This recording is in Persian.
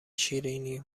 شیریننی